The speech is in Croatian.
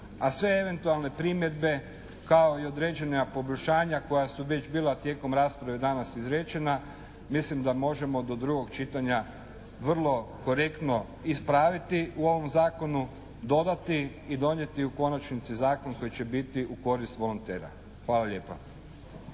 a sve eventualne primjedbe kao i određena poboljšanja koja su već bila tijekom rasprave danas izrečena mislim da možemo do drugog čitanja vrlo korektno ispraviti u ovom Zakonu dodati i donijeti u konačnici zakon koji će biti u korist volontera. Hvala lijepa.